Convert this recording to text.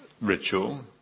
ritual